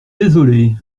désolée